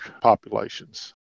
populations